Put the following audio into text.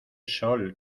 sol